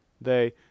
They—